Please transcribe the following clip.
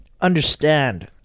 understand